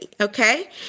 Okay